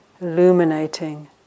illuminating